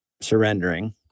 surrendering